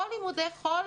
או לימודי חול,